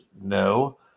no